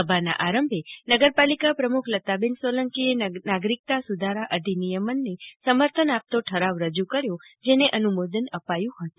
સભાના આરંભે નગરપાલિકા પ્રમુખ લતાબેન સોલંકીએ નાગરિકતા સુધારા અધિનિયમને સમર્થન આપતો ઠરાવ રજુ કર્યો જેને અનુમોદન અપાયુ હતું